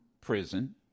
prison